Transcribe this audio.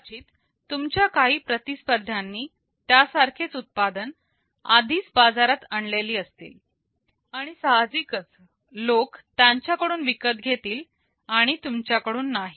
कदाचित तुमच्या काही प्रतिस्पर्ध्यांनी त्यासारखेच उत्पादन आधीच बाजारात आणलेली असेलआणि सहाजिकच लोक त्यांच्याकडून विकत घेतील आणि तुमच्याकडून नाही